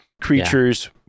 creatures